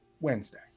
Wednesday